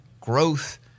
growth